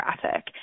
traffic